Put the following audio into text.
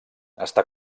està